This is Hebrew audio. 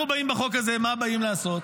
בחוק הזה, מה אנחנו באים לעשות?